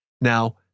Now